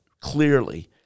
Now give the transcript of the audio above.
clearly